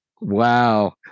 wow